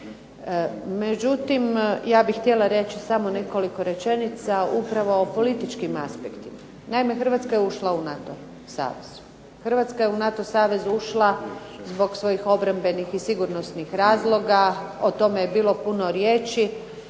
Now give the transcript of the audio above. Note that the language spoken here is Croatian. Međutim ja bih htjela reći samo nekoliko rečenica upravo o političkim aspektima. Naime Hrvatska je ušla u NATO savez. Hrvatska je u NATO savez ušla zbog svojih obrambenih i sigurnosnih razloga, o tome je bilo puno riječi,